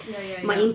ya ya ya